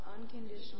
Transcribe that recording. unconditional